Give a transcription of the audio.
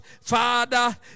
Father